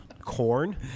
corn